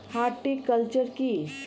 Horticulture কি?